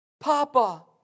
Papa